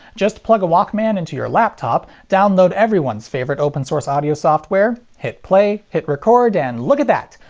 just plug a walkman into your laptop, download everyone's favorite open-source audio software, hit play, hit record, and look at that!